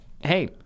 hey